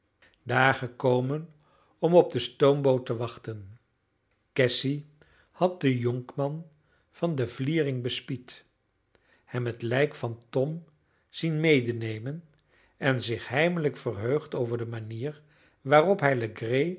daar gekomen om op de stoomboot te wachten cassy had den jonkman van de vliering bespied hem het lijk van tom zien medenemen en zich heimelijk verheugd over de manier waarop hij